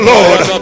Lord